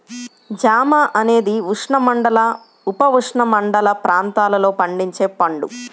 జామ అనేది ఉష్ణమండల, ఉపఉష్ణమండల ప్రాంతాలలో పండించే పండు